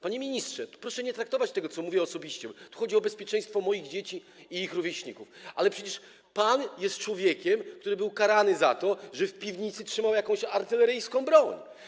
Panie ministrze, proszę nie traktować tego, co mówię, osobiście, tu chodzi o bezpieczeństwo moich dzieci i ich rówieśników, ale przecież pan jest człowiekiem, który był karany za to, że w piwnicy trzymał jakąś artyleryjską broń.